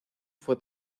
fue